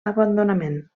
abandonament